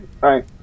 Right